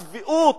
צביעות.